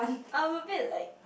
I'm a bit like